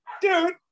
Dude